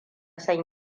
san